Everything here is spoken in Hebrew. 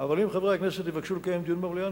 אבל אם חברי הכנסת יבקשו לקיים דיון במליאה,